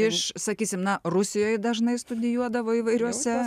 iš sakysime na rusijoje dažnai studijuodavo įvairiuose